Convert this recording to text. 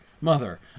mother